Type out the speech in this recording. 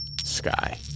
Sky